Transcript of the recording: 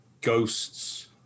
ghosts